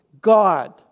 God